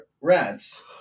rats